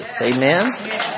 Amen